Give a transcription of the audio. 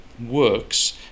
works